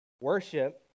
worship